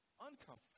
uncomfortable